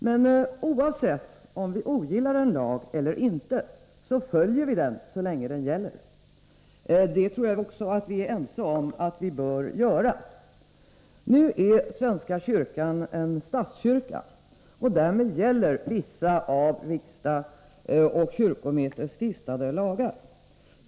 Men oavsett om vi ogillar en lag eller inte, följer vi den så länge den gäller. Det tror jag också vi är ense om att vi bör göra. Nu är svenska kyrkan en statskyrka, och därmed gäller vissa av riksdag och kyrkomöte stiftade lagar.